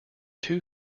two